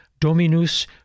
Dominus